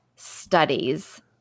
studies